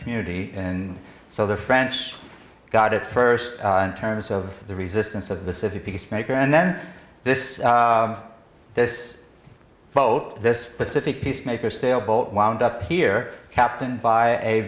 community and so the french got it first in terms of the resistance of the city peacemaker and then this this pope this pacific peacemaker sailboat wound up here captained by a